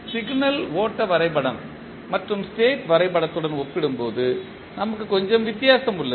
signal ஓட்ட வரைபடம் மற்றும் ஸ்டேட் வரைபடத்துடன் ஒப்பிடும்போது நமக்கு கொஞ்சம் வித்தியாசம் உள்ளது